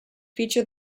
feature